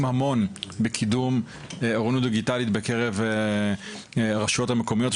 המון בקידום אוריינות דיגיטלית בקשר לרשויות המקומיות,